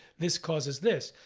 this causes this.